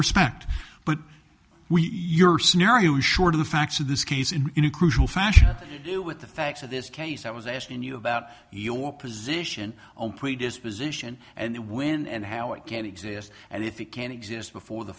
respect but we your scenario short of the facts of this case in a crucial fashion do with the facts of this case i was asking you about your position on predisposition and when and how it can exist and if it can exist before the